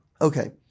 okay